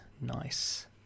Nice